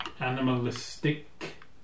animalistic